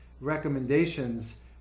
recommendations